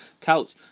couch